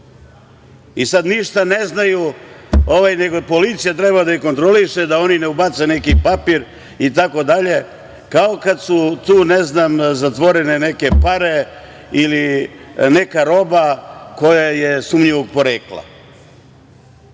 i sada ništa ne znaju, nego policija treba da ih kontroliše da oni ne ubace neki papir itd, kao da su tu, ne znam, zatvorene neke pare ili neka roba koja je sumnjivog porekla. Tako